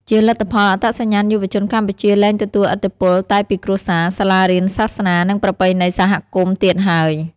ជាលទ្ធផល អត្តសញ្ញាណយុវជនកម្ពុជាលែងទទួលឥទ្ធិពលតែពីគ្រួសារ សាលារៀន សាសនា និងប្រពៃណីសហគមន៍ទៀតហើយ។